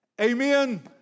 Amen